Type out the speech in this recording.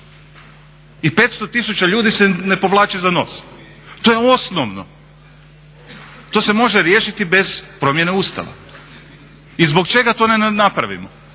I 500 tisuća ljudi se ne povlači za nos. To je osnovno, to se može riješiti bez promjene Ustava. I zbog čega to ne napravimo,